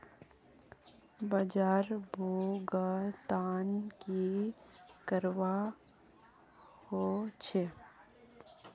बाजार भुगतान की करवा होचे?